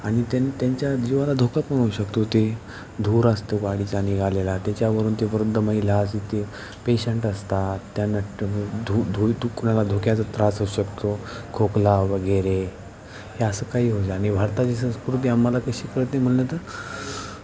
आणि त्या त्यांच्या जीवाला धोकापण होऊ शकतो ते धूर असतो गाडीचा निघालेला त्याच्यावरून ते परत महिला ते पेशंट असतात त्यांना धु धुरतुकुनाला धोक्याचा त्रास होऊ शकतो खोकलावगैरे हे असं काही होतं आणि भारताची संस्कृती आम्हाला कशी कळते म्हटलं तर